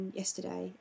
yesterday